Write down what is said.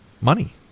money